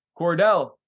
Cordell